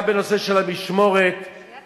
גם בנושא של המשמורת, נכון.